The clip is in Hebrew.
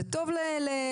זה טוב לאזרחים,